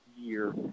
year